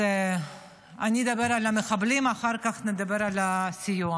אז אני אדבר על המחבלים, אחר כך נדבר על הסיוע.